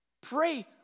Pray